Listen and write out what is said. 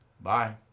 bye